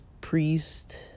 priest